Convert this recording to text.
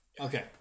Okay